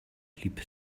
lieb